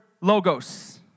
logos